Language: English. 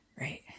Right